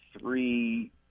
three